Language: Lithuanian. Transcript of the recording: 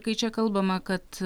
kai čia kalbama kad